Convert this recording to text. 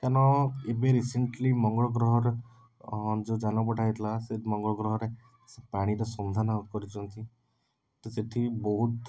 କାରଣ ଏବେ ରିସେଣ୍ଟଲି ମଙ୍ଗଳ ଗ୍ରହରେ ଯେଉଁ ଯାନ ପଠା ହେଇଥିଲା ସେ ମଙ୍ଗଳଗ୍ରହରେ ସେ ପାଣିର ସନ୍ଧାନ କରିଛନ୍ତି ତ ସେଇଠି ବହୁତ